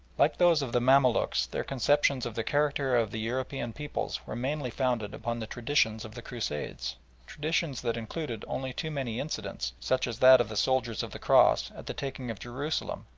like those of the mamaluks their conceptions of the character of the european peoples were mainly founded upon the traditions of the crusades traditions that included only too many incidents, such as that of the soldiers of the cross, at the taking of jerusalem,